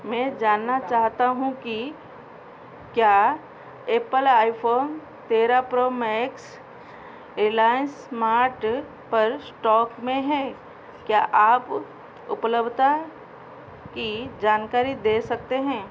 मैं जानना चाहता हूँ कि क्या एप्पल आईफोन तेरह प्रो मैक्स रिलायंस स्मार्ट पर स्टॉक में है क्या आप उपलब्धता की जानकारी दे सकते हैं